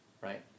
Right